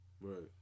Right